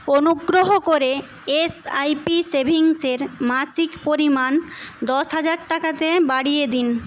অনুগ্রহ করে S I P সেভিংসের মাসিক পরিমাণ দশ হাজার টাকাতে বাড়িয়ে দিন